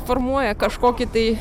formuoja kažkokį tai